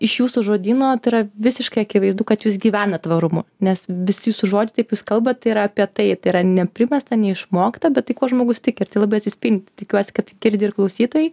iš jūsų žodyno tai yra visiškai akivaizdu kad jūs gyvenat tvarumu nes visi jūsų žodžiai jūs kalbat ir apie tai tai yra neprimesta neišmokta bet tai kuo žmogus tiki ir tai labai atsispindi tikiuosi kad girdi ir klausytojai